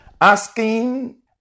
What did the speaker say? asking